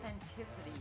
authenticity